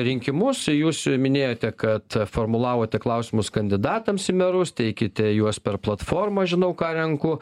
rinkimus jūs minėjote kad formulavote klausimus kandidatams į merus teikėte juos per platformą žinau ką renku